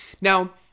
Now